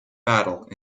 battle